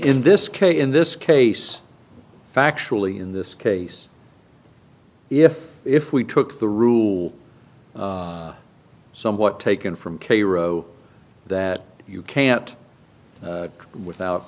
in this case in this case factually in this case if if we took the rule somewhat taken from k rowe that you can't without